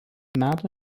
metų